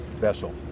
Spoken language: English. vessel